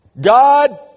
God